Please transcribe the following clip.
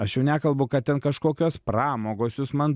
aš jau nekalbu kad ten kažkokios pramogos jūs man